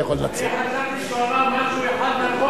אני חשבתי שהוא אמר משהו אחד נכון.